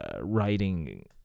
writing